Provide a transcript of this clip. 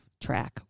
track